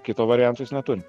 kito varianto jis neturi